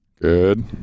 Good